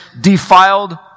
defiled